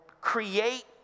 create